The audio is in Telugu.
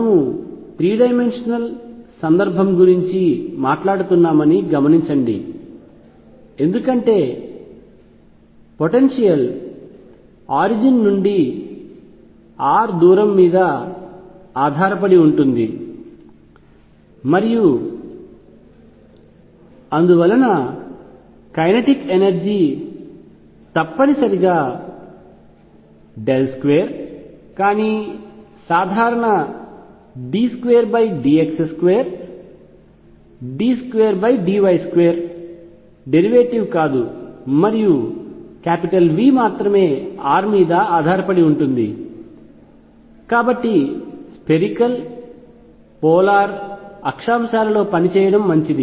మనము 3 డైమెన్షనల్ సందర్భం గురించి మాట్లాడుతున్నామని గమనించండి ఎందుకంటే పొటెన్షియల్ ఆరిజిన్ నుండి r దూరం మీద ఆధారపడి ఉంటుంది మరియు అందువలన కైనెటిక్ ఎనర్జీ తప్పనిసరిగా 2కానీ సాధారణ d2dx2 d2dy2 డెరివేటివ్ కాదు మరియు V మాత్రమే r మీద ఆధారపడి ఉంటుంది కాబట్టి స్పెరికల్ పోలార్ అక్షాంశాలలో పనిచేయడం మంచిది